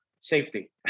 safety